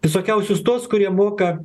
visokiausius tuos kurie moka